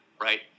right